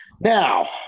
Now